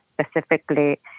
specifically